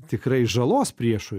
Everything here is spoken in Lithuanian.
tikrai žalos priešui